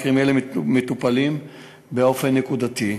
ומקרים אלו מטופלים באופן נקודתי.